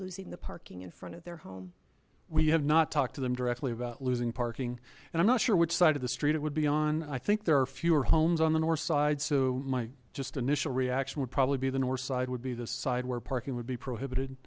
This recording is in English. losing the parking in front of their home we have not talked to them directly about losing parking and i'm not sure which side of the street it would be on i think there are fewer homes on the north side so my just initial reaction would probably be the north side would be the side where parking would be prohibited